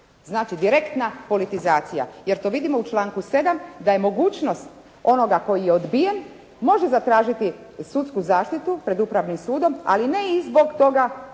Znači direktna politizacija, jer to vidimo u članku 7. da je mogućnost onoga koji je odbijen, može zatražiti sudsku zaštitu pred upravnim sudom ali ne i zbog toga ako